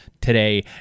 today